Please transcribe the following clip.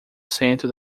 cento